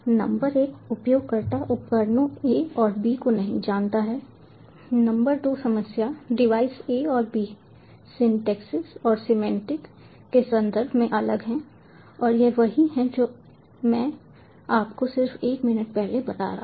number एक उपयोगकर्ता उपकरणों A और B को नहीं जानता है नंबर दो समस्या डिवाइस A और B सिंटैक्स और सिमेंटिक के संदर्भ में अलग हैं और यह वही है जो मैं आपको सिर्फ एक मिनट पहले बता रहा था